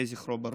יהי זכרו ברוך.